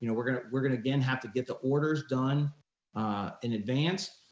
and we're gonna we're gonna again, have to get the orders done in advance,